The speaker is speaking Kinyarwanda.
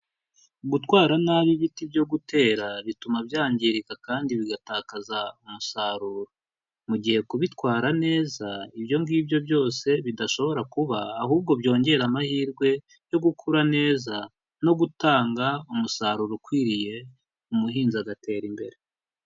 Gutwara nabi ibiti byo gutera, bituma byangirika kandi bigatakaza umusaruro. Mu gihe kubitwara neza, ibyo ngibyo byose bidashobora kuba, ahubwo byongera amahirwe yo gukura neza, no gutanga umusaruro ukwiriye, umuhinzi agatera imbere.